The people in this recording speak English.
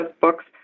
books